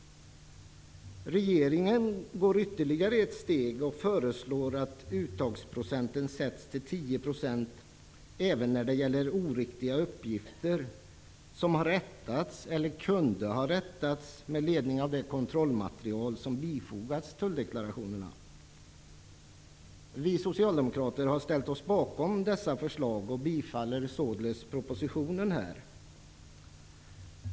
Regeringen går ytterligare ett steg och föreslår att uttagsprocenten fastställs till 10 % även när det gäller oriktiga uppgifter som har rättats eller hade kunnat rättas med ledning av kontrollmaterial som bifogats tulldeklarationerna. Vi socialdemokrater har ställt oss bakom dessa förslag och tillstyrker således propositionen i denna del.